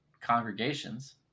congregations